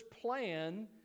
plan